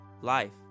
life